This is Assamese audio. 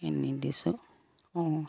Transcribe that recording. এইখিনি দিছোঁ অঁ